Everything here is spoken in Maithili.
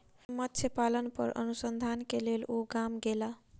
मत्स्य पालन पर अनुसंधान के लेल ओ गाम गेला